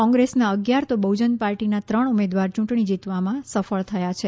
કોંગ્રેસ ના અગિયાર તો બહ્જન પાર્ટી ના ત્રણ ઉમેદવાર ચૂંટણી જીતવામાં અહી સફળ થયા છે